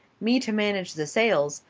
me to manage the sales,